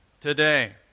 today